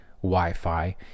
Wi-Fi